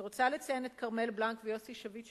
אני רוצה לציין את כרמל בלנק ויוסי שביט,